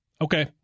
Okay